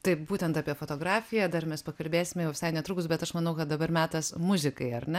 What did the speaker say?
taip būtent apie fotografiją dar mes pakalbėsime jau visai netrukus bet aš manau kad dabar metas muzikai ar ne